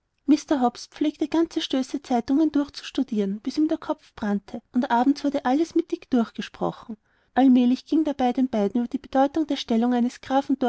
mr hobbs pflegte ganze stöße zeitungen durchzustudieren bis ihm der kopf brannte und abends wurde dann alles mit dick durchgesprochen allmählich ging dabei den beiden über die bedeutung der stellung eines grafen